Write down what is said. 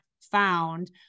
found